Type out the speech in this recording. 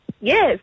Yes